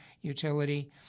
utility